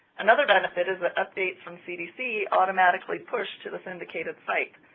another benefit is that updates from cdc automatically push to the syndicated site.